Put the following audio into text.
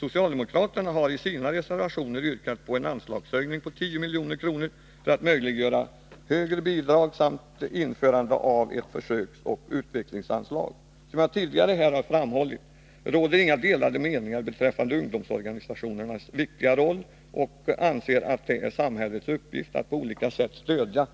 Socialdemokraterna har i sina reservationer yrkat på en anslagshöjning på 10 milj.kr. för att möjliggöra högre bidrag samt införande av ett försöksoch utvecklingsanslag. Som jag tidigare här har framhållit råder inga delade meningar beträffande ungdomsorganisationernas viktiga roll. Vi anser att det är samhällets uppgift att på olika sätt stödja